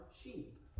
sheep